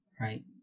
right